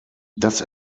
das